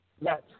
Yes